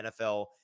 NFL